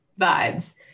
vibes